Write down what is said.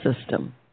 system